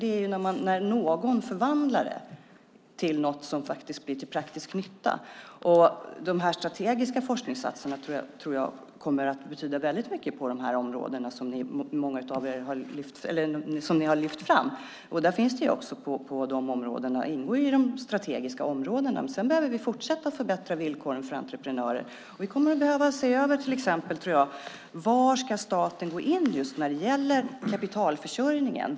Det är när någon förvandlar det till något som det blir till praktisk nytta. De strategiska forskningssatsningarna tror jag kommer att betyda mycket på de områden som ni har lyft fram. Dessa områden ingår i de strategiska områdena. Sedan behöver vi fortsätta förbättra villkoren för entreprenörer. Jag tror att vi kommer att behöva se över var staten ska gå in just när det gäller kapitalförsörjningen.